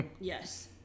Yes